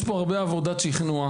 יש פה הרבה עבודת שכנוע.